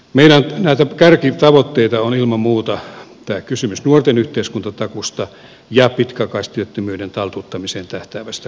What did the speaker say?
meidän kärkitavoitteita ovat ilman muuta kysymys nuorten yhteiskuntatakuusta ja pitkäaikaistyöttömyyden taltuttamiseen tähtäävästä kuntakokeilusta